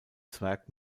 zwerg